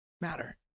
Matter